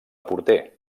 porter